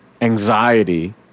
anxiety